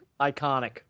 iconic